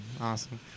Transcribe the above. awesome